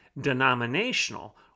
denominational